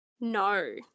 No